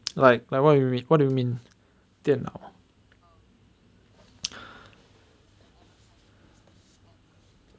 like like what you mean what do you mean 电脑